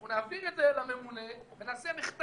אנחנו נעביר את זה לממונה ונעשה מחטף,